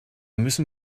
müssen